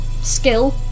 skill